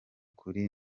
kuri